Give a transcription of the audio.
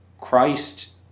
Christ